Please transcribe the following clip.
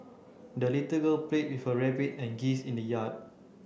the little girl play with her rabbit and geese in the yard